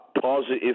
positive